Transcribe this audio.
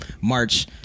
March